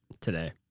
today